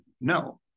no